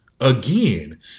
Again